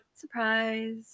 surprise